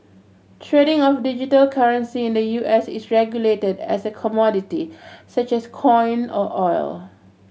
trading of digital currency in the U S is regulated as a commodity such as corn or oil